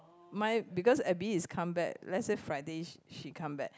my because Abby is come back let's say Friday she come back